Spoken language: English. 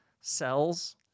cells